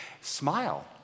smile